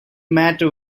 matter